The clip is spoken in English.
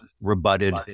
rebutted